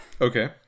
Okay